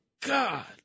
God